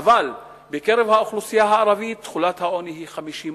אבל בקרב האוכלוסייה הערבית תחולת העוני היא 50%,